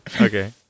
Okay